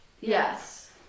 Yes